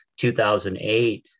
2008